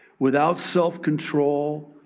without self control,